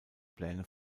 pläne